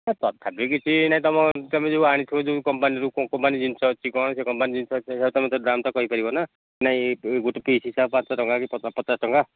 ନାଇଁ ତଥାପି କିଛି ନାଇଁ ତମ ତୁମେ ଯେଉଁ ଆଣିଥିବ ଯେଉଁ କମ୍ପାନୀରୁ କେଉଁ କମ୍ପାନୀ ଜିନିଷ ଅଛି କ'ଣ ସେ କମ୍ପାନୀ ଜିନିଷ ସେ ତ ତୁମେ ତ ଦାମ୍ ତ କହିପାରିବ ନା ନାଇଁ ଗୋଟେ ପିସ୍ ହିସାବ ପାଞ୍ଚ ଟଙ୍କା କି ପଚାଶ ଟଙ୍କା